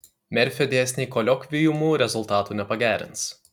merfio dėsniai koliokviumų rezultatų nepagerins